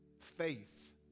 faith